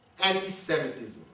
anti-semitism